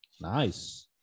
Nice